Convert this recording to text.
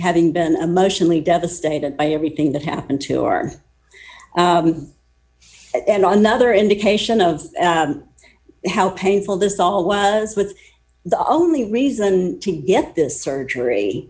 having been emotionally devastated by everything that happened to her and another indication of how painful this all was with the only reason to get this surgery